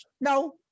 No